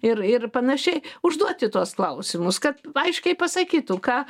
ir ir panašiai užduoti tuos klausimus kad aiškiai pasakytų ką